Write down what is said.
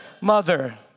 mother